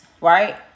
right